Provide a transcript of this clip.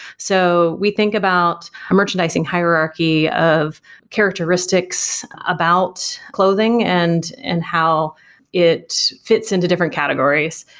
so we think about a merchandising hierarchy of characteristics about clothing and and how it fits into different categories.